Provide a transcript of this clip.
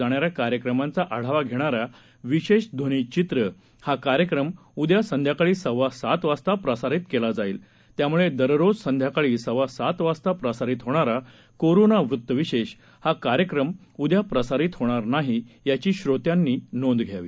जाणाऱ्या कार्यक्रमांचा आढावा घेणारा विशेष ध्वनीचित्र हा कार्यक्रम उद्या संध्याकाळी सव्वा सात वाजता प्रसारित केला जाईल त्यामुळे दररोज संध्याकाळी सव्वा सात वाजता प्रसारित होणारा कोरोना वृत्तविशेष हा कार्यक्रम उद्या प्रसारित होणार नाही याची श्रोत्यांनी नोंद घ्यावी